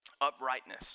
uprightness